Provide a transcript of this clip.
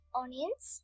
onions